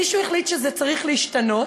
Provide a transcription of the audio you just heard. מישהו החליט שזה צריך להשתנות,